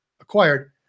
acquired